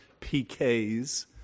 PKs